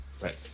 Right